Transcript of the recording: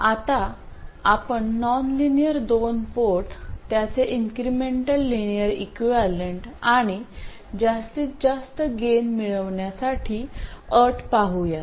आता आपण नॉनलिनियर दोन पोर्ट त्याचे इन्क्रिमेंटल लिनियर इक्विवलेंट आणि जास्तीत जास्त गेन मिळवण्यासाठी अट पाहुयात